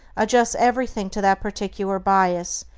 adjusts everything to that particular bias,